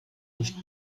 nicht